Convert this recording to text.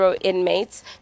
inmates